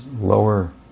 lower